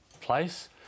place